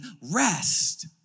rest